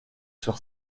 sur